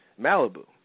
Malibu